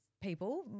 people